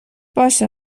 باشه